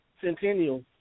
Centennial